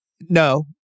no